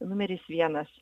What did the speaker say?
numeris vienas